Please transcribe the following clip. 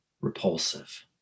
repulsive